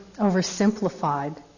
oversimplified